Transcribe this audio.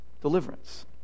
deliverance